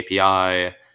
API